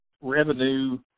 revenue